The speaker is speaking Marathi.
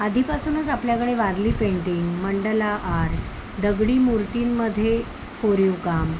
आधीपासूनच आपल्याकडे वारली पेंटिंग मंडला आर्ट दगडी मूर्तींमध्ये कोरीवकाम